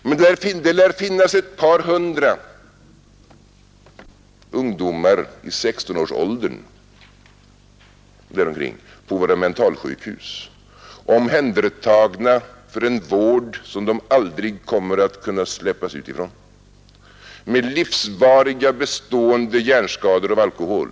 Men det lär finnas ett par hundra ungdomar i 16-årsåldern och där omkring på våra mentalsjukhus — omhändertagna för en vård som de aldrig kommer att kunna släppas ut ifrån — med bestående, livsvariga hjärnskador av alkohol.